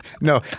No